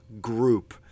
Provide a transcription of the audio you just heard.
group